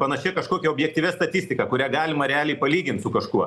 panašia kažkokia objektyvia statistika kurią galima realiai palygint su kažkuo